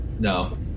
No